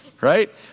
Right